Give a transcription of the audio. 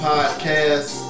Podcast